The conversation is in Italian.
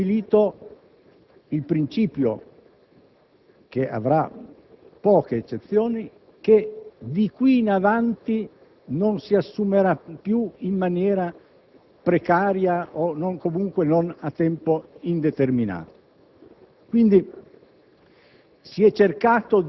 Innanzi tutto, si è stabilito il principio - che avrà poche eccezioni - che, di qui in avanti, non si assumerà più in maniera precaria o, comunque, a tempo non indeterminato.